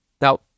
Now